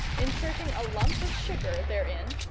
inserting a lump of sugar therein,